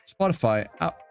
Spotify